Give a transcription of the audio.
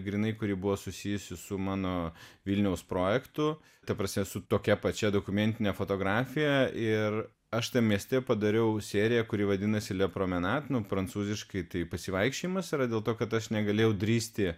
grynai kuri buvo susijusi su mano vilniaus projektu ta prasme su tokia pačia dokumentine fotografija ir aš tam mieste padariau seriją kuri vadinasi le promenad prancūziškai tai pasivaikščiojimas yra dėl to kad aš negalėjau drįsti